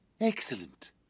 Excellent